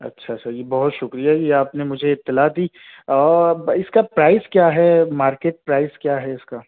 اچھا اچھا یہ بہت شکریہ یہ آپ نے مجھے اطلاع دی اور اس کا پرائز کیا ہے مارکیٹ پرائز کیا ہے اس کا